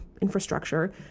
infrastructure